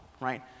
right